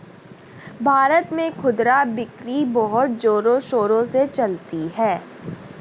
भारत में खुदरा बिक्री बहुत जोरों शोरों से चलती है